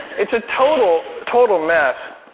it's a total, total mess.